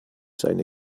seine